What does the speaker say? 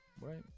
right